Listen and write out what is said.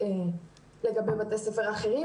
לגבי בתי ספר אחרים,